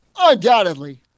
undoubtedly